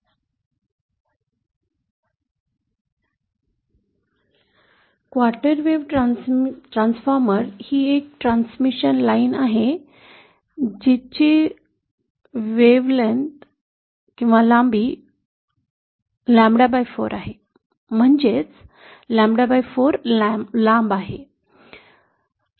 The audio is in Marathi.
क्वार्टर वेव्हसाठी ट्रान्सफॉर्मर ही एक ट्रान्समिशन लाइन आहे जी क्वार्टर तरंगलांबी वेव्हलेन्थ लांबी लांबडॉ4 आहे म्हणजेच लंबडा 4 लांब आहे